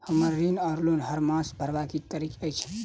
हम्मर ऋण वा लोन हरमास भरवाक की तारीख अछि?